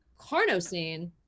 carnosine